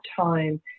time